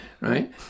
Right